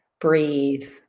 breathe